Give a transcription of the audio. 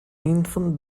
infant